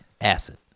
Acid